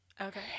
Okay